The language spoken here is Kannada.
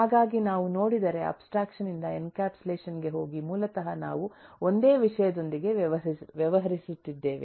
ಹಾಗಾಗಿ ನಾವು ನೋಡಿದರೆ ಅಬ್ಸ್ಟ್ರಾಕ್ಷನ್ ಇಂದ ಎನ್ಕ್ಯಾಪ್ಸುಲೇಷನ್ ಗೆ ಹೋಗಿ ಮೂಲತಃ ನಾವು ಒಂದೇ ವಿಷಯದೊಂದಿಗೆ ವ್ಯವಹರಿಸುತ್ತಿದ್ದೇವೆ